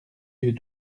yeux